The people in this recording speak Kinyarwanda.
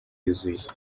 yuzuye